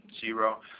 zero